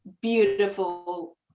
beautiful